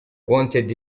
wanted